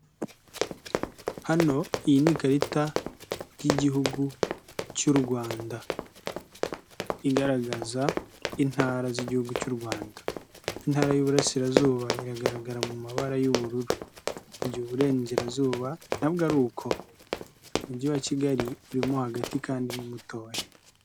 Hano iyi ni ikarita y'igihugu cy'u Rwanda igaragaza intara z'igihugu cy'u Rwanda intara y'Iburasirazuba iragaragara mu mabara y'ubururu mu gihe Uburengerazuba nabwo ari uko umujyi wa Kigali urimo hagati kandi ni mutoya.